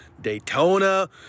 Daytona